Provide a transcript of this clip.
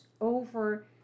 over